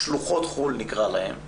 שלוחות חו"ל נקרא להן,